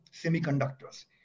semiconductors